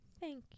Thank